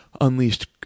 unleashed